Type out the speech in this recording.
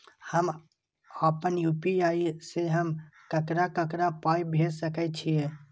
हम आपन यू.पी.आई से हम ककरा ककरा पाय भेज सकै छीयै?